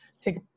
take